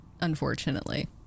unfortunately